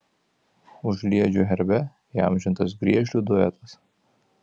užliedžių herbe įamžintas griežlių duetas